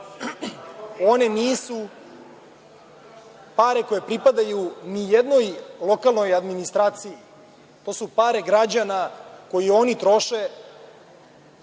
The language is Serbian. One nisu pare koje pripadaju nijednoj lokalnoj administraciji, to su pare građana koje oni troše